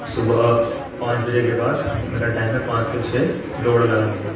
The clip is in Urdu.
صبح پانچ بجے کے بعد میرا ٹائم ہے پانچ سے چھ دوڑ لگانے کا